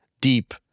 deep